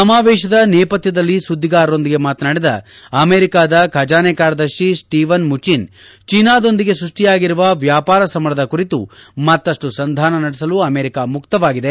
ಸಮಾವೇಶದ ನೇಪಥ್ಲದಲ್ಲಿ ಸುದ್ದಿಗಾರರೊಂದಿಗೆ ಮಾತನಾಡಿದ ಅಮೆರಿಕದ ಖಜಾನೆ ಕಾರ್ಯದರ್ಶಿ ಸ್ಟೀವನ್ ಮುಚಿನ್ ಚೀನಾದೊಂದಿಗೆ ಸೃಷ್ಟಿಯಾಗಿರುವ ವ್ಯಾಪಾರ ಸಮರದ ಕುರಿತು ಮತ್ತಷ್ಟು ಸಂಧಾನ ನಡೆಸಲು ಅಮೆರಿಕ ಮುಕ್ತವಾಗಿದೆ